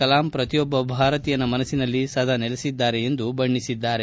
ಕಲಾಂ ಪ್ರತಿಯೊಬ್ಬ ಭಾರತೀಯನ ಮನ್ನನಲ್ಲಿ ಸದಾನೆಲೆಸಿದ್ದಾರೆ ಎಂದು ಬಣ್ಣಿಸಿದ್ದಾರೆ